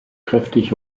kräftig